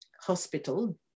Hospital